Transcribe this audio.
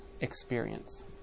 experience